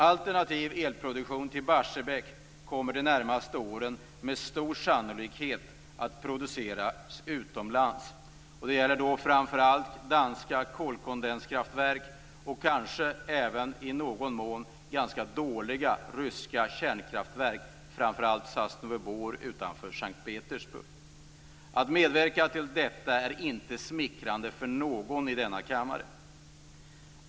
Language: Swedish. Produktionen av el som alternativ till Barsebäckselen kommer de närmaste åren med stor sannolikhet att vara förlagd utomlands. Det gäller framför allt danska kolkondenskraftverk och kanske även i någon mån ganska dåliga ryska kärnkraftverk, framför allt Sosnovyj Bor utanför S:t Petersburg. Att medverka till detta är inte smickrande för någon i denna kammare.